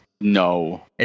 No